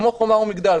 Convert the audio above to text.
כמו חומה ומגדל,